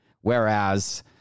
Whereas